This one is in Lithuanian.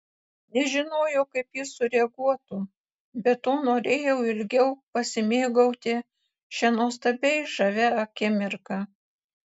nežinojo kaip jis sureaguotų be to norėjau ilgiau pasimėgauti šia nuostabiai žavia akimirka